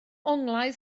onglau